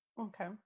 Okay